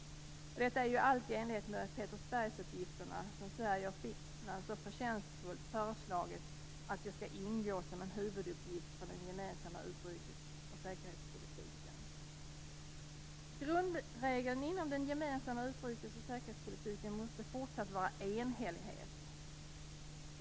Allt detta är i enlighet med Petersbergsuppgifterna, som Sverige och Finland förtjänstfullt föreslagit skall ingå som en huvuduppgift för den gemensamma utrikes och säkerhetspolitiken. Grundregeln inom den gemensamma utrikes och säkerhetspolitiken måste fortsatt vara enhällighet.